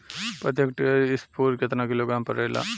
प्रति हेक्टेयर स्फूर केतना किलोग्राम परेला?